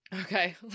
okay